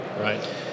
right